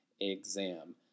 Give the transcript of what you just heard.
exam